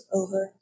over